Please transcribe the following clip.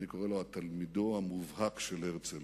אני קורא לו תלמידו המובהק של הרצל,